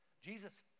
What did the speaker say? Jesus